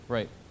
Right